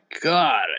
God